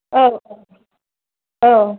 औ औ